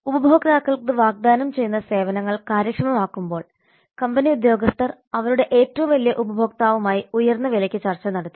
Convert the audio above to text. ഉപഭോക്താക്കൾക്ക് വാഗ്ദാനം ചെയ്യുന്ന സേവനങ്ങൾ കാര്യക്ഷമമാക്കുമ്പോൾ കമ്പനി ഉദ്യോഗസ്ഥർ അവരുടെ ഏറ്റവും വലിയ ഉപഭോക്താവുമായി ഉയർന്ന വിലയ്ക്ക് ചർച്ച നടത്തി